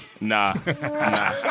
Nah